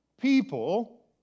people